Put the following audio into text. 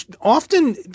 often